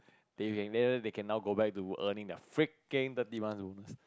they can they they can now go back to earning their freaking thirty month bonus